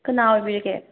ꯀꯅꯥ ꯑꯣꯏꯕꯤꯔꯒꯦ